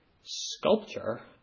sculpture